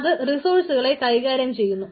അത് റിസോഴ്സുകളെ കൈകാര്യം ചെയ്യുന്നു